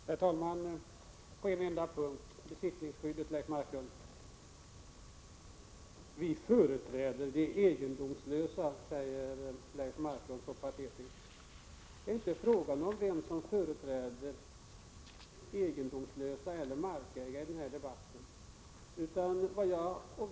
Herr talman! När det gäller besittningsskyddet säger Leif Marklund patetiskt att socialdemokraterna företräder de egendomslösa. Det är inte fråga om vem som företräder egendomslösa eller markägare i denna debatt.